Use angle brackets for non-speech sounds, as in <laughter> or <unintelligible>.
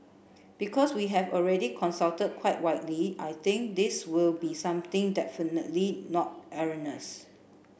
because we have already consulted quite widely I think this will be something definitely not <unintelligible>